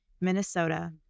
Minnesota